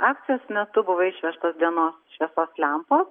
akcijos metu buvo išvežtos dienos šviesos lempos